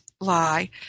lie